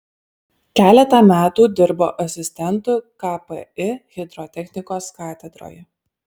keletą metų dirbo asistentu kpi hidrotechnikos katedroje